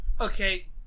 Okay